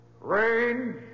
Range